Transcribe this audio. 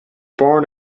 born